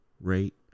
rate